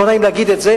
לא נעים להגיד את זה,